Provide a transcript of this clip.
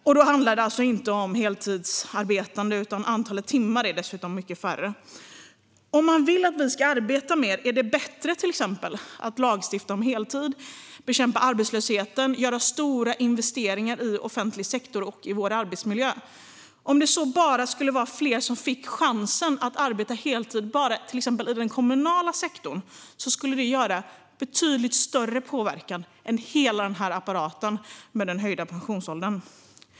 Och då handlar det alltså inte om heltidsarbetande, så antalet timmar är dessutom mycket mindre. Om man vill att vi ska arbeta mer är det bättre att till exempel lagstifta om rätten till heltid, bekämpa arbetslösheten och göra stora investeringar i offentlig sektor och i vår arbetsmiljö. Om det så bara skulle vara fler som fick chansen att arbeta heltid till exempel i den kommunala sektorn skulle det ha betydligt större påverkan än hela den här apparaten med höjd pensionsålder.